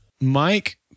Mike